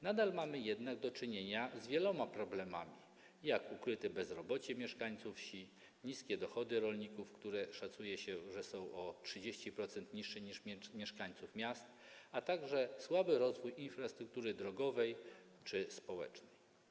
Nadal mamy jednak do czynienia z wieloma problemami, takimi jak ukryte bezrobocie mieszkańców wsi, niskie dochody rolników, które - jak się szacuje - są o 30% niższe niż dochody mieszkańców miast, a także słaby rozwój infrastruktury drogowej czy społecznej.